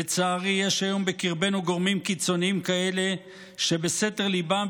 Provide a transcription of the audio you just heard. לצערי יש היום בקרבנו גורמים קיצוניים כאלה שבסתר ליבם,